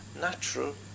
natural